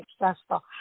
successful